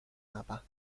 mapa